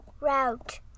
route